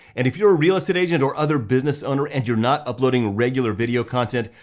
and if you're a real estate agent or other business owner, and you're not uploading regular video content,